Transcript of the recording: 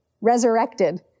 Resurrected